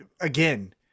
again